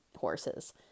horses